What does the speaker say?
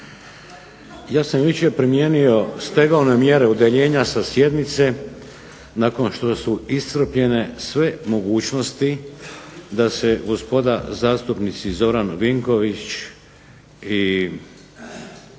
Ja sam jučer primijenio stegovne mjere udaljenja sa sjednice nakon što su iscrpljene sve mogućnosti da se gospoda zastupnici Zoran Vinković i Dinko